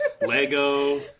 Lego